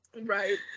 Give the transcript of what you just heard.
right